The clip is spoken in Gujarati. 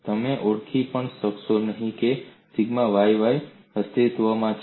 તમે ઓળખી પણ શકશો નહીં કે સિગ્મા yy અસ્તિત્વમાં છે